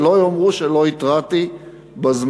שלא יאמרו שלא התרעתי בזמן.